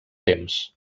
temps